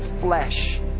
flesh